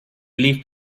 relief